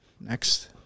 next